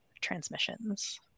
transmissions